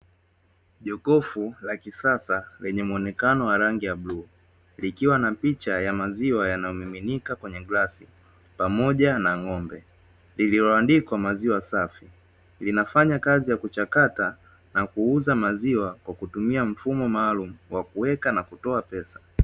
Jokofu la kisasa ,lenye muonekano wa rangi ya bluu likiwa na picha ya maziwa yanayomiminika kwenye glasi pamoja na ng’ombe lililoandikwa “maziwa safi “ linafanya kazi ya kuchakata na kuuza maziwa kwa kutumia mfumo maalumu wa kuweka na kutoa pesa.